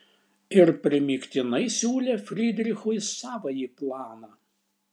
ir primygtinai siūlė frydrichui savąjį planą